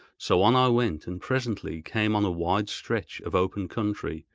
so on i went, and presently came on a wide stretch of open country,